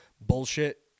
bullshit